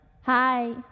Hi